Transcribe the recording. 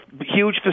huge